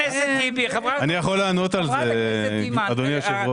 אנחנו לא יכולים לחיות אם יש אפליה.